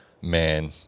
man